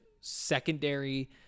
secondary